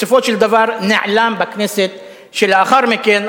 בסופו של דבר נעלם בכנסת שלאחר מכן.